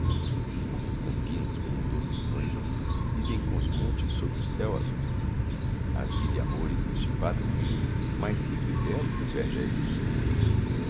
nossas campinas como doces noivas vivem cos montes sob o céu azul há vida e amores neste pátrio ninho mais rico e belo que os vergéis do sul